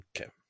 okay